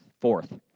Fourth